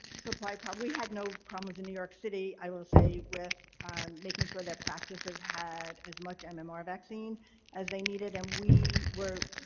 supply probably we had no problems in new york city i will say with making sure that practices had as much and mmr vaccine as they needed. and we were,